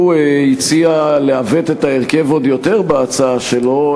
הוא הציע לעוות את ההרכב עוד יותר, בהצעה שלו.